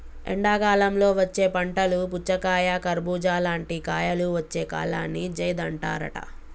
ఎండాకాలంలో వచ్చే పంటలు పుచ్చకాయ కర్బుజా లాంటి కాయలు వచ్చే కాలాన్ని జైద్ అంటారట